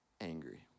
angry